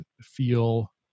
feel